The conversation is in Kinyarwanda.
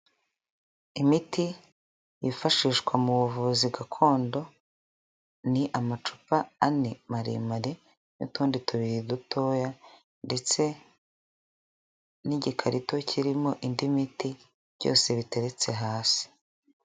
Imiti yifashishwa mu buvuzi gakondo ni amacupa ane maremare n'utundi tubiri dutoya ndetse n'igikarito kirimo indi miti byose biteretse hasi.